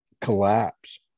collapse